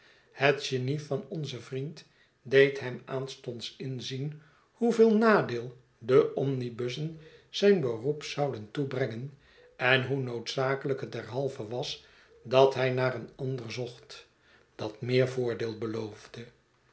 het genie van onzen vriend deed hem aanstonds inzien hoeveel nadeel de omnibussen zijn beroep zouden toebrengen en hoe noodzakelijk het derhalve was dat hij naar een ander zocht dat meer voordeel beloofde